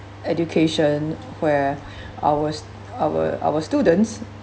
education where ours our our students